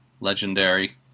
legendary